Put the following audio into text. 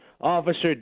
Officer